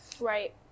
Right